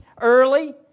early